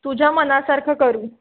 तुझ्या मनासारखं करू